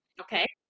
Okay